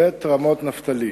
בית רמות-נפתלי,